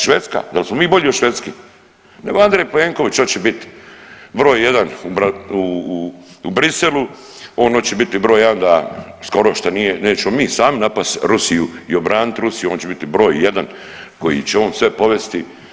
Švedska, da smo mi bolji od Švedske, nego Andrej Plenković hoće bit vrlo jedan u Briselu on oće biti broj jedan da skoro što nije nećemo mi sami napast Rusiju i obranit Rusiju, on će biti broj jedan koji će on sve povesti.